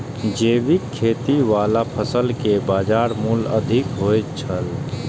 जैविक खेती वाला फसल के बाजार मूल्य अधिक होयत छला